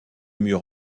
mur